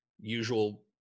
usual